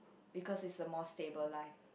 because it's a more stable life